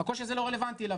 הקושי הזה לא רלוונטי אליו.